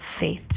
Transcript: faith